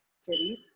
cities